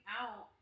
out